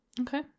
Okay